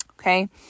okay